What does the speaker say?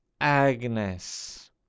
agnes